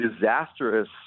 disastrous